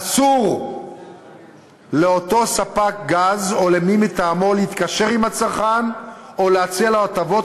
אסור לאותו ספק הגז או למי מטעמו להתקשר עם הצרכן או להציע לו הטבות